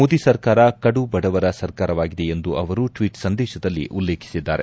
ಮೋದಿ ಸರ್ಕಾರ ಕಡು ಬಡವರ ಸರ್ಕಾರವಾಗಿದೆ ಎಂದು ಅವರು ಟ್ಟೀಟ್ ಸಂದೇಶದಲ್ಲಿ ಉಲ್ಲೇಖಿಸಿದ್ದಾರೆ